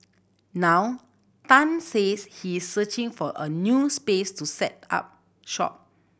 now Tan says he is searching for a new space to set up shop